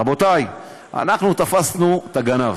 רבותיי, אנחנו תפסנו את הגנב.